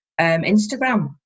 Instagram